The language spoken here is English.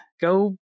go